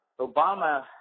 Obama